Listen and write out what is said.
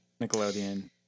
Nickelodeon